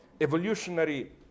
evolutionary